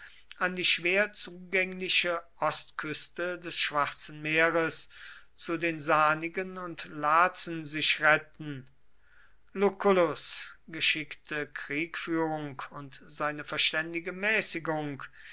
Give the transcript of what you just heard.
an die schwer zugängliche ostküste des schwarzen meeres zu den sanigen und lazen sich retten lucullus geschickte kriegführung und seine verständige mäßigung